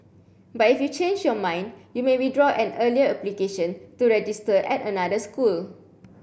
but if you change your mind you may withdraw an earlier application to register at another school